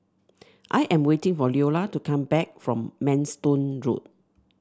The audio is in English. I am waiting for Leola to come back from Manston Road